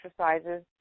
exercises